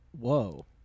Whoa